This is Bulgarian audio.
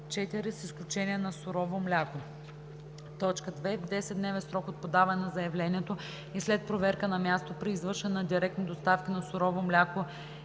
с изключение на сурово мляко;